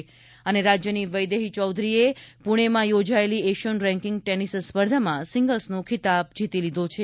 tennis રાજ્યની વૈદેહી ચૌધરીએ પૂણેમાં યોજાયેલી એશિયન રેકિંગ ટેનિસ સ્પર્ધામાં સિંગલ્સનો ખીતાબ જીતી લીધો છે